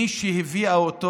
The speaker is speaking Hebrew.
מי שהביאה אותו